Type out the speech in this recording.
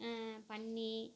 பன்றி